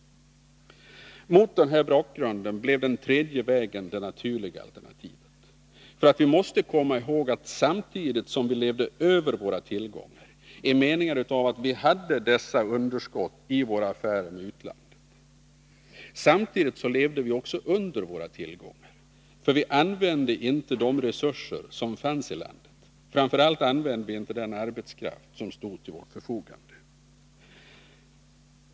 Mot denna bakgrund blev den tredje vägen det naturliga alternativet. Vi måste nämligen komma ihåg att samtidigt som vi levde över våra tillgångar — i den meningen att vi hade dessa underskott i våra affärer med utlandet — levde vi också under våra tillgångar, för vi använde inte de resurser som fanns i landet, framför allt inte den arbetskraft som stod till vårt förfogande.